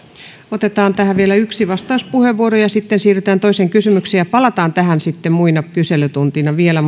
otetaan tähän vielä yksi vastauspuheenvuoro sitten siirrytään toiseen kysymykseen ja palataan tähän sitten muina kyselytunteina vielä